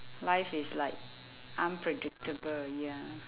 life is like unpredictable ya